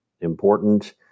important